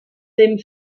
dem